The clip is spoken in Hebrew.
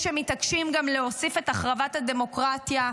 שמתעקשים גם להוסיף את החרבת הדמוקרטיה,